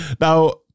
Now